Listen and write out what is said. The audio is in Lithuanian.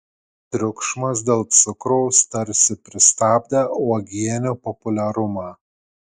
triukšmas dėl cukraus tarsi pristabdė uogienių populiarumą